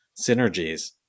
synergies